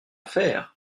faire